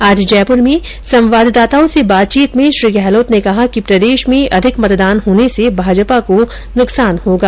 आज जयपुर में संवाददाताओं से बातचीत में श्री गहलोत ने कहा कि प्रदेश में अधिक मतदान होने से भाजपा को नुकसान होगा